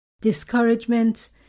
discouragement